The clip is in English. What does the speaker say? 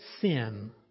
sin